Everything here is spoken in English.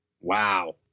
wow